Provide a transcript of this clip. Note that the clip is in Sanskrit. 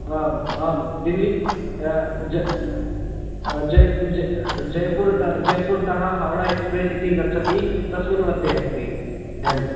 आम् आम् दिल्लि जैपुर्त जैपुर्तः हौडा एक्स्प्रेस्स् इति गच्छति तस्मिन् मध्ये अस्मि अयं